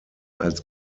als